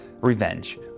revenge